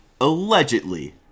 Allegedly